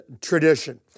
tradition